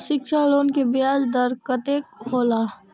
शिक्षा लोन के ब्याज दर कतेक हौला?